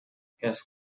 has